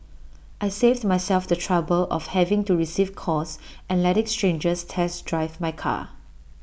I saved myself the trouble of having to receive calls and letting strangers test drive my car